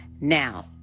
Now